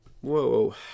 Whoa